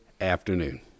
afternoon